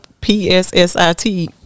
P-S-S-I-T